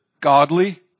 godly